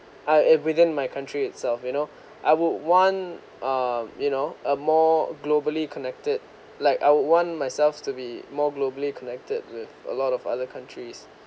I evident my country itself you know I would want a you know a more globally connected like I would want myself to be more globally connected with a lot of other countries